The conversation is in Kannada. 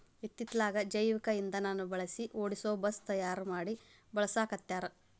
ಇತ್ತಿತ್ತಲಾಗ ಜೈವಿಕ ಇಂದನಾ ಬಳಸಿ ಓಡಸು ಬಸ್ ತಯಾರ ಮಡಿ ಬಳಸಾಕತ್ತಾರ